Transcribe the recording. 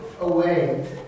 away